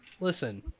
Listen